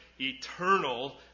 eternal